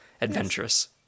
adventurous